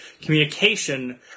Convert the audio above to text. communication